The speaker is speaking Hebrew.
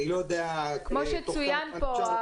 אני לא יודע -- כמו שצוין פה,